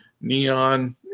Neon